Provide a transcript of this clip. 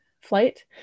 flight